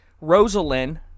Rosalind